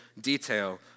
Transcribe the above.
detail